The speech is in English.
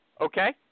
okay